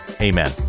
Amen